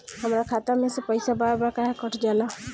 हमरा खाता में से पइसा बार बार काहे कट जाला?